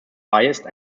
biased